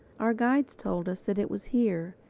our guides told us that it was here,